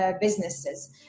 businesses